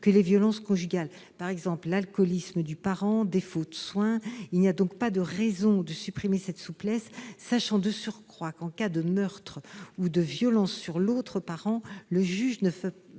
que les violences conjugales, tels que l'alcoolisme du parent ou le défaut de soins. Il n'y a donc pas de raison de supprimer cette souplesse, sachant de surcroît qu'en cas de meurtre ou de violence sur l'autre parent, le juge ne fera pas